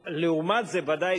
לעומת זה, ודאי